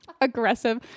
aggressive